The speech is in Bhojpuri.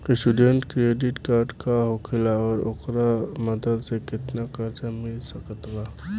स्टूडेंट क्रेडिट कार्ड का होखेला और ओकरा मदद से केतना कर्जा मिल सकत बा?